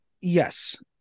Yes